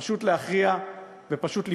פשוט להכריע ופשוט לפעול.